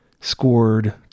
scored